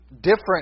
different